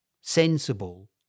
sensible